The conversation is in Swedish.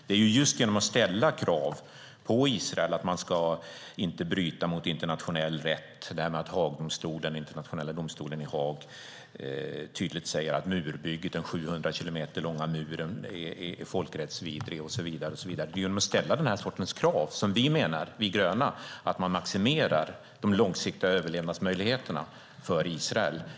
Det är just genom att ställa krav på Israel att de inte ska bryta mot internationell rätt - detta att internationella domstolen i Haag tydligt säger att den 700 kilometer långa muren är folkrättsvidrig och så vidare - som vi gröna menar att man maximerar de långsiktiga överlevnadsmöjligheterna för Israel.